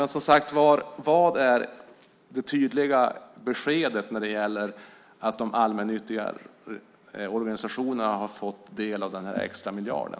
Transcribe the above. Men som sagt var: Vad är det tydliga beskedet när det gäller att de allmännyttiga organisationerna har fått del av den här extra miljarden?